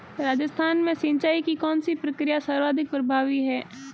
राजस्थान में सिंचाई की कौनसी प्रक्रिया सर्वाधिक प्रभावी है?